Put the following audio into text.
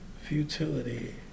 Futility